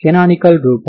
Edt ని కనుక్కుందాం